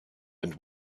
and